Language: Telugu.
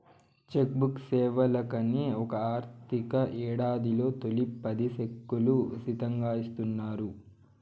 చెక్ బుక్ సేవలకని ఒక ఆర్థిక యేడాదిలో తొలి పది సెక్కులు ఉసితంగా ఇస్తున్నారు